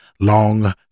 long